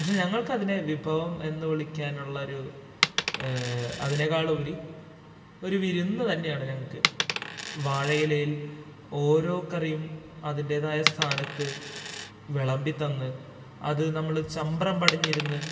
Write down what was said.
പക്ഷെ ഞങ്ങള്ക്കതിനെ വിഭവം എന്ന് വിളിക്കാനുള്ളൊരു അതിനേക്കാളുപരി ഒരു വിരുന്ന് തന്നെയാണ് ഞങ്ങള്ക്ക് വാഴയിലയില് ഓരോ കറിയും അതിന്റേതായ സ്ഥാനത്ത് വിളമ്പിത്തന്ന് അത് നമ്മള് ചമ്രം പടിഞ്ഞിരുന്ന്